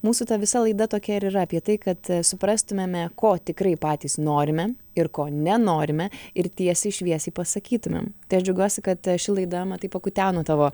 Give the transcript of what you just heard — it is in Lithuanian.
mūsų ta visa laida tokia ir yra apie tai kad suprastumėme ko tikrai patys norime ir ko nenorime ir tiesiai šviesiai pasakytumėm tai aš džiaugiuosi kad ši laida matai pakuteno tavo